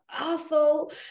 awful